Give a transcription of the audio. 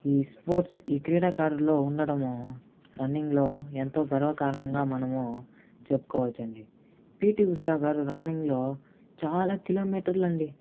ఈ స్పోర్ట్స్ ఈ క్రీడాకారుల్లో ఉండడము రన్నింగ్ లో ఎంతో గర్వకారణంగా మనము చెప్పుకోవచ్చు అండి పిటి ఉష గారు రన్నింగ్ లో చాలా కిలో మీటర్లు అండి